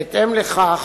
בהתאם לכך,